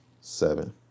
seven